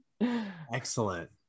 excellent